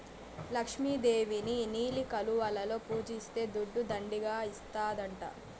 లక్ష్మి దేవిని నీలి కలువలలో పూజిస్తే దుడ్డు దండిగా ఇస్తాడట